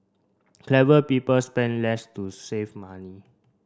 clever people spend less to save money